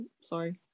Sorry